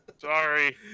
Sorry